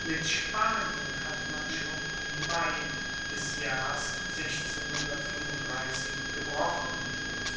mit spanien hatte man schon im mai des jahrs gebrochen